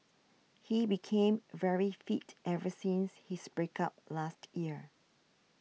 he became very fit ever since his break up last year